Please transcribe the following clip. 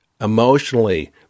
emotionally